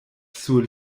sur